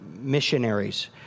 missionaries